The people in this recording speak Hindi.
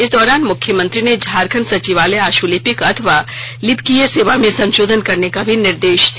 इस दौरान मुख्यमंत्री ने झारखंड सचिवालय आश्रलिपिक अथवा लिपिकीय सेवा में संशोधन करने का भी निर्देश दिया